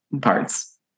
parts